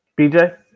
BJ